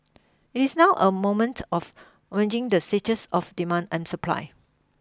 it is now a moment of managing the stages of demand and supply